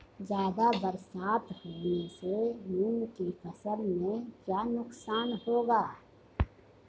ज़्यादा बरसात होने से मूंग की फसल में क्या नुकसान होगा?